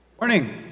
Morning